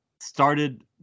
started